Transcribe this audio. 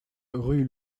rue